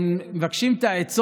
אם כך,